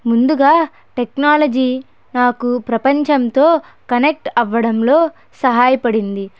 ముందుగా టెక్నాలజీ నాకు ప్రపంచంతో కనెక్ట్ అవ్వడంలో సహాయపడింది